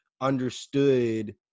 understood